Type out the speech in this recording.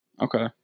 Okay